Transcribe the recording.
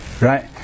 right